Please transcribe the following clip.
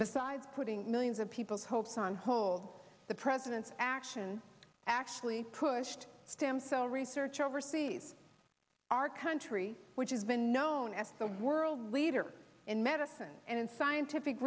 the side putting millions of people's hopes on hold the president's action actually pushed stem cell research overseas our country which has been known as the world leader in medicine and scientific